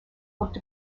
looked